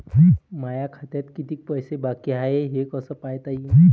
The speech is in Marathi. माया खात्यात कितीक पैसे बाकी हाय हे कस पायता येईन?